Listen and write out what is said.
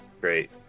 great